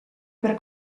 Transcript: per